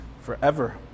forever